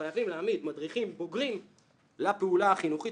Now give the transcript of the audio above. חייבים להעמיד מדריכים בוגרים לפעולה החינוכית